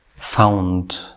Found